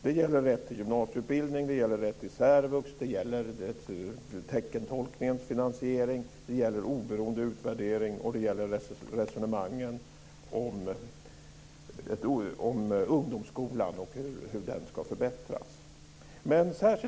Det gäller rätt till gymnasieutbildning, rätt till särvux, teckentolkningens finansiering, oberoende utvärdering och resonemangen om ungdomsskolan och hur den ska förbättras.